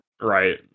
Right